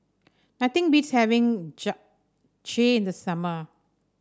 nothing beats having Japchae in the summer